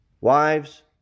Wives